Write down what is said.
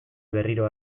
berriro